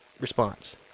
response